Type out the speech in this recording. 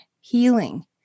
healing